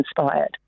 inspired